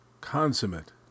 consummate